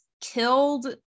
killed